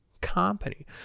company